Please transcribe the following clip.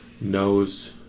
knows